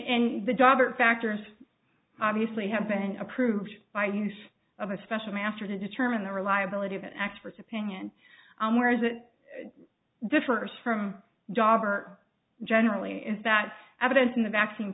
and the daughter factors obviously have been approved by use of a special master to determine the reliability of an expert's opinion whereas it differs from dobber generally is that evidence in the vaccine